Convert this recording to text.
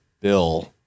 bill